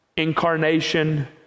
incarnation